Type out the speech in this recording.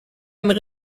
einen